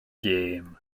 gêm